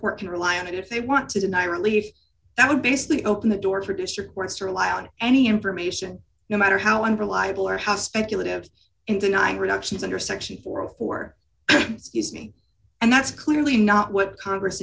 court can rely on it if they want to deny or leave that would basically open the door for district wants to rely on any information no matter how unreliable or how speculative and denying reductions under section four for use me and that's clearly not what congress